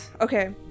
Okay